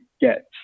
get